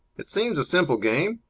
it seems a simple game,